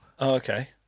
okay